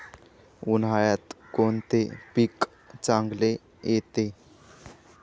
उन्हाळ्यात कोणते पीक चांगले येते?